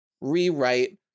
rewrite